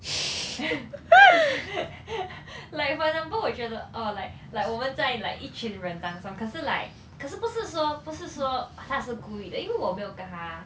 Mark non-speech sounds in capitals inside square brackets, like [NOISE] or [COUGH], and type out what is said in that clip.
[LAUGHS] like for example 我觉得 orh like like 我们在 like 一群人当中可是 like 可是不是说不是说他是故意的因为我没有跟他